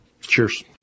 Cheers